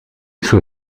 sue